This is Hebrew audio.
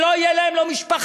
שלא יהיו להם לא משפחה,